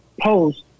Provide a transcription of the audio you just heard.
post